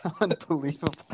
Unbelievable